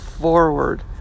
forward